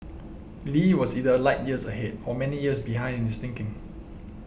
Lee was either light years ahead or many years behind in his thinking